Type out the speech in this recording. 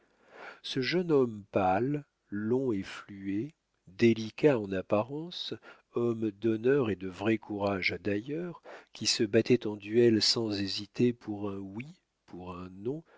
ce jeune homme pâle long et fluet délicat en apparence homme d'honneur et de vrai courage d'ailleurs qui se battait en duel sans hésiter pour un oui pour un non